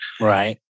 Right